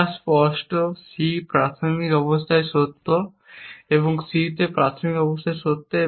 যা স্পষ্ট C প্রাথমিক অবস্থায় সত্য C এ প্রাথমিক অবস্থায় সত্য